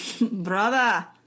Brother